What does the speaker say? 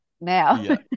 now